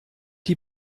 die